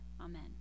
Amen